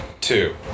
two